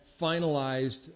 finalized